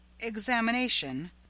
examination